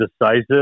decisive